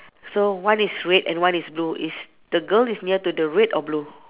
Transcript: so one is red and one is blue is the girl is near to the red or blue